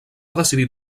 decidir